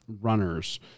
runners